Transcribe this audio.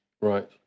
Right